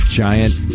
giant